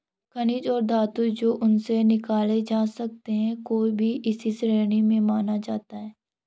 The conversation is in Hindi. खनिज और धातु जो उनसे निकाले जा सकते हैं को भी इसी श्रेणी में माना जाता है